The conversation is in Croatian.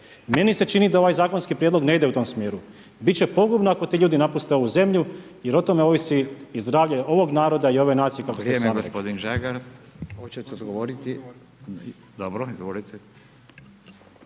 Meni se čini da ovaj zakonski prijedlog ne ide u tom smjeru. Bit će pogubno ako ti ljudi napuste ovu zemlju jer o tome ovisi i zdravlje ovoga naroda i ove nacije kako ste sami